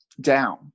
down